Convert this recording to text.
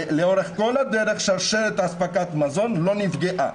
לאורך כל הדרך שרשרת אספקת המזון לא נפגעה,